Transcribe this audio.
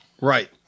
Right